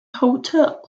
hotel